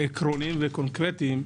שנהיה קונקרטיים,